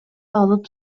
алып